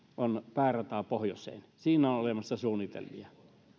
päärata pohjoiseen siihen on olemassa suunnitelmia